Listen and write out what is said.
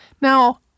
Now